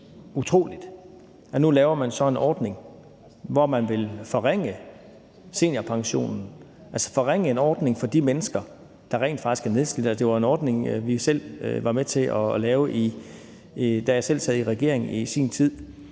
nu laver en ordning, hvor man vil forringe seniorpensionen, altså forringe en ordning for de mennesker, der rent faktisk er nedslidte – det var en ordning, vi selv var med til at lave, da jeg sad i regering i sin tid